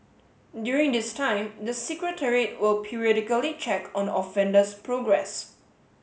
during this time the Secretariat will periodically check on the offender's progress